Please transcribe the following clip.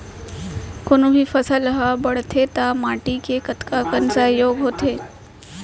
कोनो भी फसल हा बड़थे ता माटी के कतका कन सहयोग होथे?